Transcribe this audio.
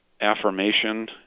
affirmation